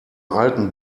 alten